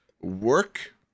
work